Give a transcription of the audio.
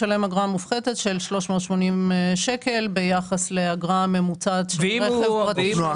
משלם אגרה מופחתת של 380 שקל ביחס לאגרה ממוצעת של רכב פרטי.